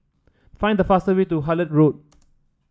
find the fast way to Hullet Road